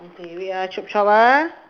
okay wait ah chop chop ah